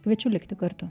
kviečiu likti kartu